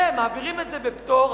ומעבירים את זה בפטור,